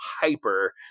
hyper